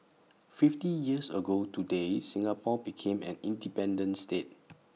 fifty years ago today Singapore became an independent state